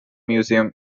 museum